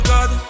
God